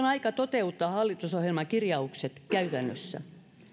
aika toteuttaa hallitusohjelman kirjaukset käytännössä